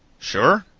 sure?